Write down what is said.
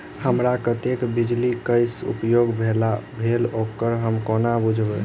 हमरा कत्तेक बिजली कऽ उपयोग भेल ओकर हम कोना बुझबै?